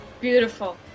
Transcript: Beautiful